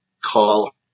call